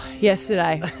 yesterday